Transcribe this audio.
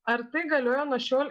ar tai galioja nuo šiol